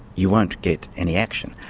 you won't get any action.